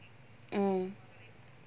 mm